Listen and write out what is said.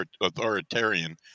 authoritarian